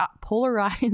polarized